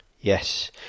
Yes